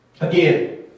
Again